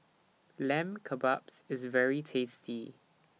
Lamb Kebabs IS very tasty